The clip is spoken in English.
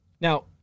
Now